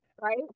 right